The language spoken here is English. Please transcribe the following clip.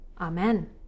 Amen